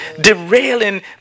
Derailing